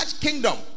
kingdom